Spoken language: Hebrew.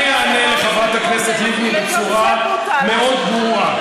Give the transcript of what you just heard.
אני אענה לחברת הכנסת לבני בצורה מאוד ברורה.